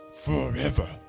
forever